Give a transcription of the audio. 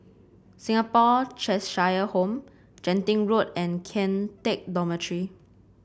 Singapore Cheshire Home Genting Road and Kian Teck Dormitory